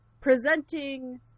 presenting